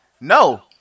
No